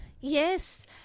Yes